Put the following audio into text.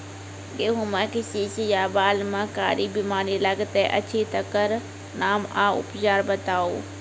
गेहूँमक शीश या बाल म कारी बीमारी लागतै अछि तकर नाम आ उपचार बताउ?